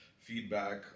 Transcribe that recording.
feedback